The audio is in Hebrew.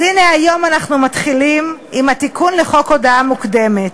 אז הנה היום אנחנו מתחילים עם התיקון לחוק הודעה מוקדמת.